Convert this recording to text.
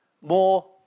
more